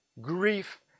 Grief